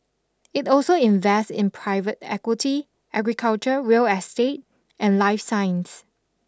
it also invests in private equity agriculture real estate and life science